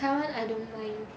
taiwan I don't know